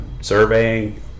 surveying